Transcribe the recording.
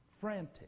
frantic